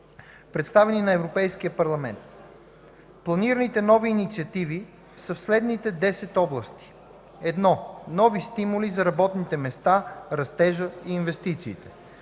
представени на Европейския парламент. Планираните нови инициативи са в следните десет области: 1. Нови стимули за работните места, растежа и инвестициите.